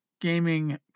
gaming